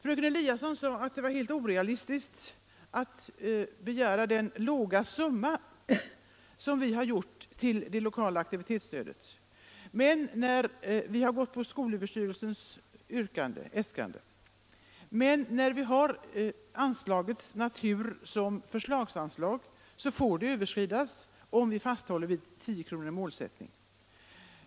Fröken Eliasson sade att det var helt orealistiskt av oss att begära en så låg summa till det lokala aktivitetsstödet då vi gått på skolöverstyrelsens äskande. Men när anslagets natur är förslagsanslag får det överskridas om vi fasthåller vid 10 kr. som målsättning.